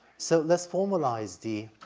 so let's formalize the